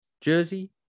jersey